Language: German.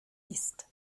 ist